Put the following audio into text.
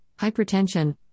hypertension